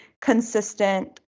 consistent